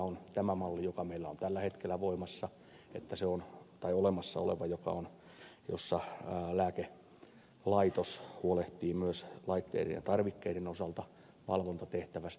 on tämä malli joka meillä on tällä hetkellä voimassa itä suomen tai olemassaoleva joka on eussa jossa lääkelaitos huolehtii myös laitteiden ja tarvikkeiden osalta valvontatehtävästä